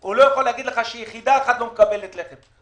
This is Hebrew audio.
הוא לא יכול לומר לך שיחידה אחת לא מקבלת לחם.